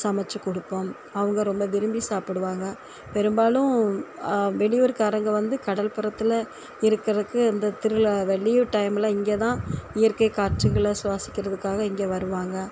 சமைச்சு கொடுப்போம் அவங்க ரொம்ப விரும்பி சாப்பிடுவாங்க பெரும்பாலும் வெளியூர் காரங்க வந்து கடல்புரத்தில் இருக்குறக்கு இந்த திருவிழாவ லீவ் டைம்மில் இங்கே தான் இயற்கை காட்சிகளை சுவாசிக்கிறதுக்காக இங்கே வருவாங்க